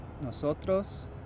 nosotros